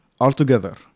altogether